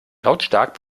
lautstark